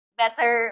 better